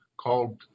called